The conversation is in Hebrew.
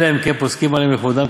אלא אם כן פוסקין עליהם לכבודם,